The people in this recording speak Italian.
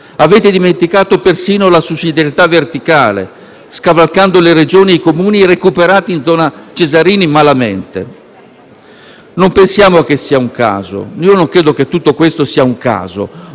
Avete dimenticato persino la sussidiarietà verticale, scavalcando le Regioni e i Comuni, recuperati malamente in "zona Cesarini". Non pensiamo sia un caso; non credo che tutto questo sia un caso